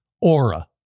Aura